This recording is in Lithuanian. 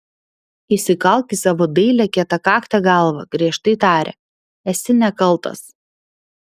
įsikalk į savo dailią kietakaktę galvą griežtai tarė esi nekaltas